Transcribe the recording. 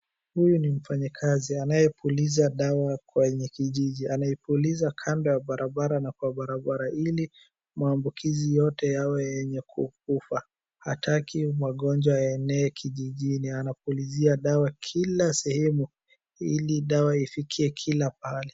Huyu ni mfanyikazi anayepuliza dawa kwa wenye kijiji. Anaipuliza kando ya barabara na kwa barabara ili maambukizi yote yawe yenye kukufa. Hataki magonjwa yaenee kijijini. Anapulizia dawa kila sehemu, ili dawa ifikie kila pahali.